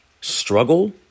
struggle